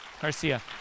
Garcia